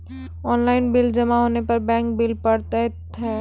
Online bill जमा होने पर बैंक बिल पड़तैत हैं?